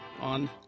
on